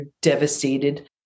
devastated